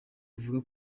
avuga